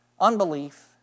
unbelief